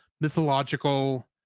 mythological